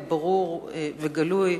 ברור וגלוי.